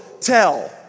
tell